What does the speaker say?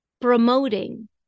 promoting